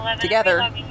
together